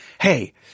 Hey